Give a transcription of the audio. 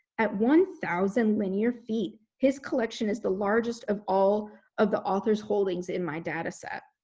at one thousand linear feet, his collection is the largest of all of the authors holdings in my data set.